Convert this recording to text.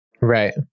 Right